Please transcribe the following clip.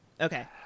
Okay